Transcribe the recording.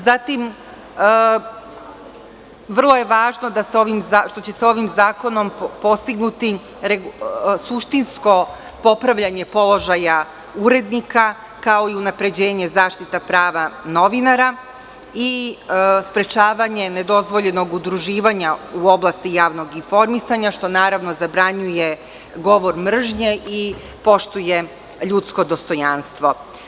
Ovim zakonom će se postići suštinsko popravljanje položaja urednika kao i unapređenje zaštite prava novinara i sprečavanje nedozvoljenog udruživanja u oblasti javnog informisanja, što, naravno, zabranjuje govor mržnje i poštuje ljudsko dostojanstvo.